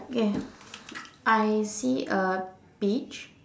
okay I see a beach